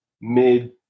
mid